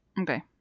Okay